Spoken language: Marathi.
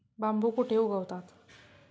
बांबू कुठे उगवतात?